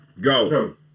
go